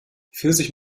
pfirsich